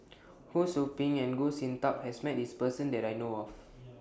Ho SOU Ping and Goh Sin Tub has Met This Person that I know of